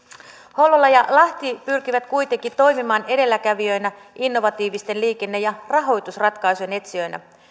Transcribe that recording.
hollola ja lahti pyrkivät kuitenkin toimimaan edelläkävijöinä innovatiivisten liikenne ja rahoitusratkaisujen etsijöinä